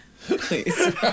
Please